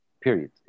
period